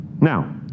now